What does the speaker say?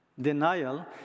Denial